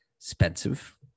Expensive